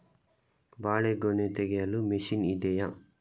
ಬಾಳೆಗೊನೆ ತೆಗೆಯಲು ಮಷೀನ್ ಇದೆಯಾ?